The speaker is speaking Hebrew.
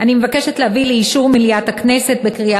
אני מבקשת להביא לאישור מליאת הכנסת בקריאה